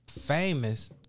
famous